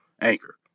Anchor